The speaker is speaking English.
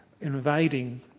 invading